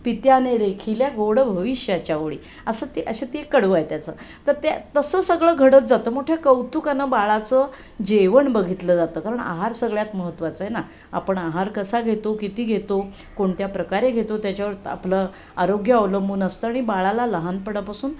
पित्याने रेखील्या गोड भविष्याच्या ओळी असं ते असे ते कडवं आहे त्याचं तर ते तसं सगळं घडत जातं मोठ्या कौतुकांनं बाळाचं जेवण बघितलं जातं कारण आहार सगळ्यात महत्त्वाचा आहे ना आपण आहार कसा घेतो किती घेतो कोणत्या प्रकारे घेतो त्याच्यावर तर आपलं आरोग्य अवलंबून असतं आणि बाळाला लहानपणापासून